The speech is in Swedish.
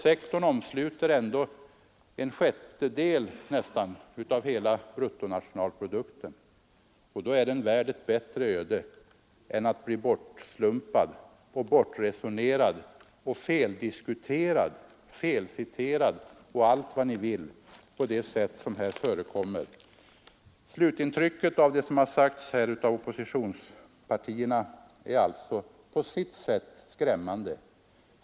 Slutintrycket av det som har sagts här av oppositionspartierna är alltså på sitt sätt skrämmande.